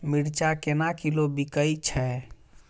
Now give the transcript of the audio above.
मिर्चा केना किलो बिकइ छैय?